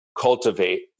cultivate